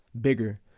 bigger